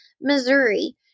Missouri